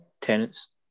Tenants